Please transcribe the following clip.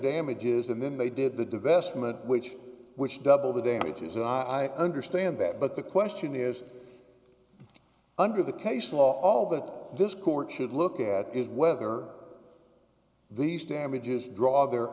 damages and then they did the divestment which was double the damages and i understand that but the question is under the case law all that this court should look at is whether these damages draw their